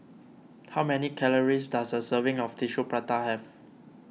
how many calories does a serving of Tissue Prata have